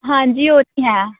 ਹਾਂਜੀ ਉਹੀ ਹੈ